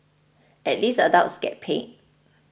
at least adults get paid